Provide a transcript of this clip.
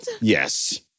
Yes